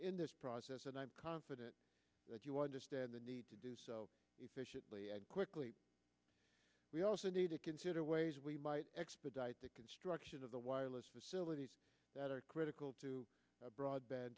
in this process and i'm confident that you understand the need to do so efficiently and quickly we also need to consider ways we might expedite the construction of the wireless facilities that are critical to broadband